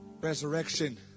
resurrection